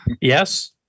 Yes